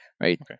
right